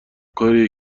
کاریه